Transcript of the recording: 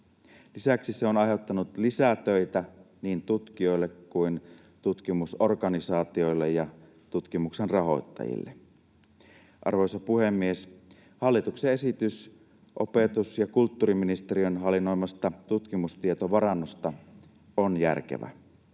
Lisäksi se on aiheuttanut lisätöitä niin tutkijoille kuin tutkimusorganisaatioille ja tutkimuksen rahoittajille. Arvoisa puhemies! Hallituksen esitys opetus‑ ja kulttuuriministeriön hallinnoimasta tutkimustietovarannosta on järkevä.